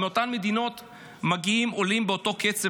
מאותן מדינות מגיעים עולים באותו קצב